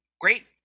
great